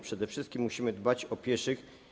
Przede wszystkim musimy dbać o pieszych.